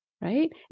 Right